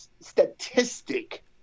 statistic